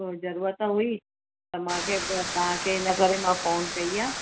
हो ज़रूरत हुई त मूंखे तव्हांखे हिन करे मां फोन कई आहे